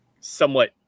somewhat